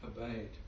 obeyed